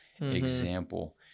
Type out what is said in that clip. example